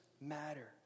matter